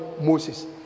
Moses